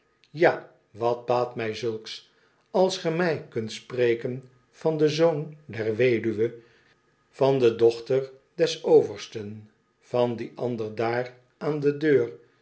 ja wat baat mij zulks als ge mij kunt spreken van den zoon der weduwe van de dochter des oversten van dien ander daar aan de deur